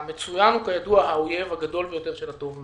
המצוין כידוע הוא האויב הגדול של הטוב מאוד.